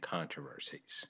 controversies